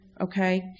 okay